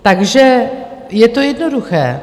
Takže je to jednoduché.